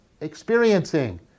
experiencing